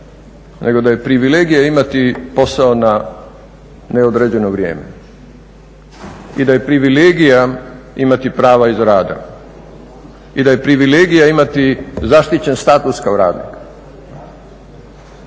nego da je privilegija imati posao na neodređeno vrijeme i da je privilegija imati prava … i da je privilegija imati zaštićen status kao radnik.